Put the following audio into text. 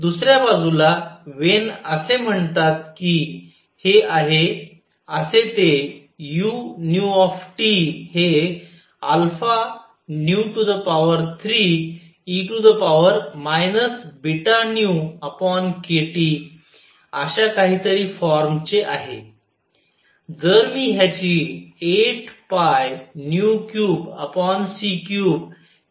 दुसऱ्या बाजूला वेन असे म्हणतात कि आहे असे ते u हे 3e βνkTअश्या काहीतरी फॉर्म चे आहे